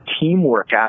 teamwork